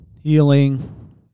healing